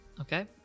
Okay